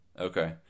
Okay